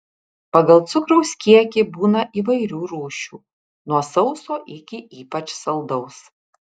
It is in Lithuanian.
pagal cukraus kiekį būna įvairių rūšių nuo sauso iki ypač saldaus